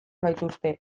gaituzte